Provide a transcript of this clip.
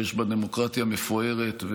שיש בה דמוקרטיה מפוארת,